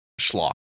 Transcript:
schlock